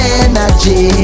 energy